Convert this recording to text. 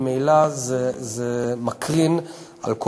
ממילא זה מקרין על כל